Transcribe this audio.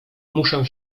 muszę